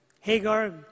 Hagar